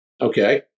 Okay